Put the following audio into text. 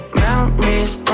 memories